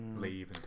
leave